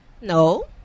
No